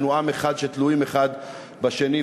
אנחנו עם אחד ותלויים האחד בשני.